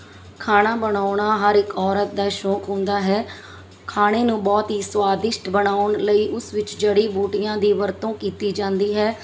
ਖਾਣਾ ਬਣਾਉਣਾ ਹਰ ਇੱਕ ਔਰਤ ਦਾ ਸ਼ੌਂਕ ਹੁੰਦਾ ਹੈ ਖਾਣੇ ਨੂੰ ਬਹੁਤ ਹੀ ਸਵਾਦਿਸ਼ਟ ਬਣਾਉਣ ਲਈ ਉਸ ਵਿੱਚ ਜੜੀ ਬੂਟੀਆਂ ਦੀ ਵਰਤੋਂ ਕੀਤੀ ਜਾਂਦੀ ਹੈ